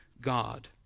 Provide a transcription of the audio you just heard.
God